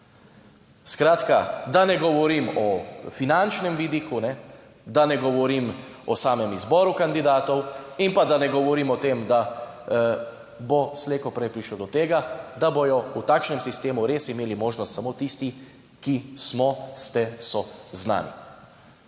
Skratka, da ne govorim o finančnem vidiku, ne, da ne govorim o samem izboru kandidatov in pa da ne govorim o tem, da bo slej ko prej prišlo do tega, da bodo v takšnem sistemu res imeli možnost samo tisti, ki smo ste, so znani.